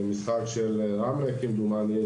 הוא המשחק של רמלה, כמדומני.